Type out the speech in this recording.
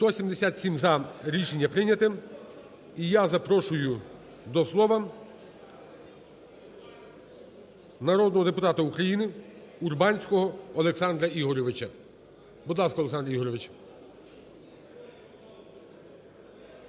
За-177 Рішення прийнято. І я запрошую до слова народного депутата України Урбанського Олександра Ігоревича. Будь ласка, Олександр Ігоревич.